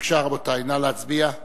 בבקשה, רבותי, נא להצביע.